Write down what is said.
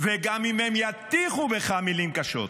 וגם אם הם יטיחו בך מילים קשות,